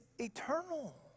eternal